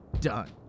done